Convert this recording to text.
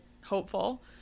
hopeful